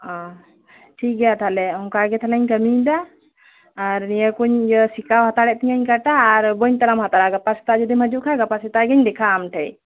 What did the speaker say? ᱚᱻ ᱴᱷᱤᱠ ᱜᱮᱭᱟ ᱛᱟᱞᱦᱮ ᱚᱝᱠᱟ ᱜᱮ ᱛᱟᱞᱦᱮᱧ ᱠᱟᱹᱢᱤᱭᱮᱫᱟ ᱟᱨ ᱱᱤᱭᱟᱹ ᱠᱚᱧ ᱥᱮᱠᱟᱣ ᱦᱟᱛᱟᱲᱮᱫ ᱛᱤᱧᱟᱹᱧ ᱠᱟᱴᱟ ᱟᱨ ᱵᱟᱹᱧ ᱛᱟᱲᱟᱢ ᱦᱟᱛᱟᱲᱟ ᱜᱟᱯᱟ ᱥᱮᱛᱟᱜ ᱡᱩᱫᱤᱢ ᱦᱤᱡᱩᱜ ᱠᱷᱟᱱ ᱜᱟᱯᱟ ᱥᱮᱛᱟᱜ ᱜᱤᱧ ᱫᱮᱠᱷᱟᱜᱼᱟ ᱟᱢ ᱴᱷᱮᱱ